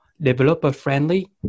developer-friendly